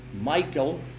Michael